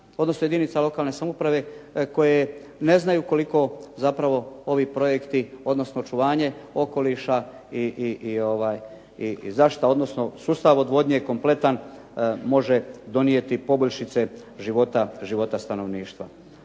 odnosno jedinica lokalne samouprave koji ne znaju koliko ovi projekti odnosno očuvanje okoliša i zaštita, odnosno sustav odvodnje kompletan može donijeti poboljšice života stanovništva.